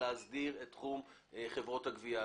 להסדיר את תחום חברות הגבייה.